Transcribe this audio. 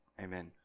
Amen